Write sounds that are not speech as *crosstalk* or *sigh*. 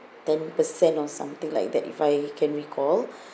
ten percent or something like that if I can recall *breath*